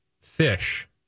fish